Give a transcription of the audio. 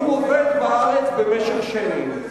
הוא עובד בארץ במשך שנים.